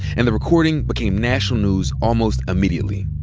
and the recording became national news almost immediately.